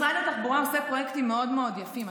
משרד התחבורה עושה פרויקטים מאוד מאוד יפים.